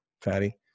Fatty